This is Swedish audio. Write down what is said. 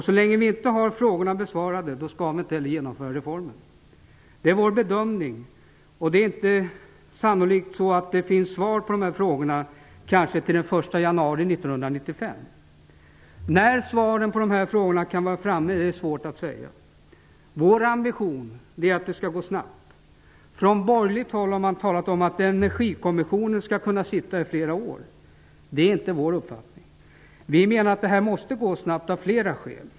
Så länge frågorna inte är besvarade skall man inte heller genomföra reformen. Detta är vår bedömning. Sannolikt kommer det inte att finnas några svar på dessa frågor till den 1 januari 1995. När de kan finnas är svårt att säga. Vår ambition är att det skall gå snabbt. Från borgerligt håll har man talat om att en energikommission skall kunna sitta i flera år, men det är inte vår uppfattning. Vi menar att detta måste gå snabbt av flera skäl.